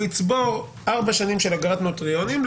הוא יצבור ארבע שנים של אגרת נוטריונים,